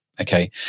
Okay